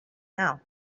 now